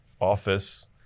Office